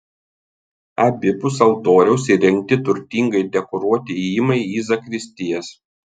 abipus altoriaus įrengti turtingai dekoruoti įėjimai į zakristijas